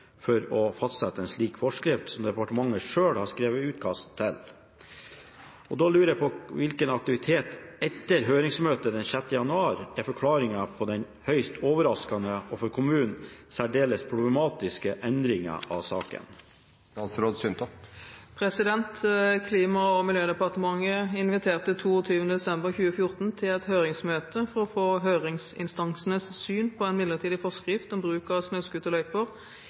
for å fastsette en slik forskrift som departementet selv har skrevet utkast til. Hvilken aktivitet etter høringsmøtet den 6. januar er forklaringen på den høyst overraskende, og for kommunen særdeles problematiske, endringen av saken?» Klima- og miljødepartementet inviterte 22. desember 2014 til et høringsmøte for å få høringsinstansenes syn på en midlertidig forskrift om bruk av